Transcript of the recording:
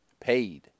paid